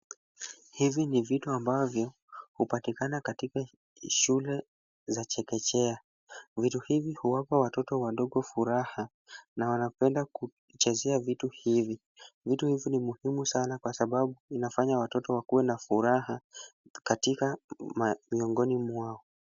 Hivi ni vitu ambavyo hupatikana katika shule za chekechea. Vitu hivi huwapa watoto wadogo furaha na wanapenda kuchezea vitu hivi. Vitu hivi ni muhimu sana kwa sababu vinafanya watoto wakuwe na furaha katika miongoni mwao.